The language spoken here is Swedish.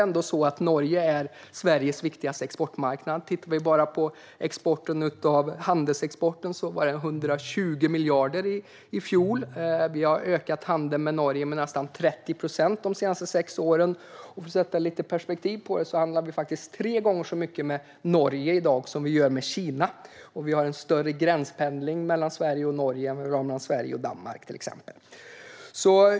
Norge är Sveriges viktigaste exportmarknad. Handelsexporten uppgick till 120 miljarder i fjol. Vi har ökat handeln med Norge med nästan 30 procent under de senaste sex åren. Vi handlar faktiskt tre gånger så mycket med Norge som med Kina i dag. Gränspendlingen mellan Norge och Sverige är större än gränspendlingen mellan Sverige och Danmark.